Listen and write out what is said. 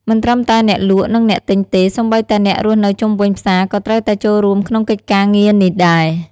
មិនត្រឹមតែអ្នកលក់ និងអ្នកទិញទេ សូម្បីតែអ្នករស់នៅជុំវិញផ្សារក៏ត្រូវតែចូលរួមក្នុងកិច្ចការងារនេះដែរ។